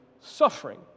suffering